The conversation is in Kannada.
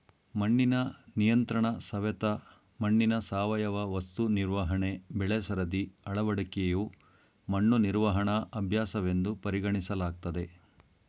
ಮಣ್ಣಿನ ನಿಯಂತ್ರಣಸವೆತ ಮಣ್ಣಿನ ಸಾವಯವ ವಸ್ತು ನಿರ್ವಹಣೆ ಬೆಳೆಸರದಿ ಅಳವಡಿಕೆಯು ಮಣ್ಣು ನಿರ್ವಹಣಾ ಅಭ್ಯಾಸವೆಂದು ಪರಿಗಣಿಸಲಾಗ್ತದೆ